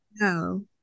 No